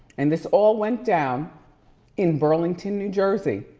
and this all went down in burlington, new jersey.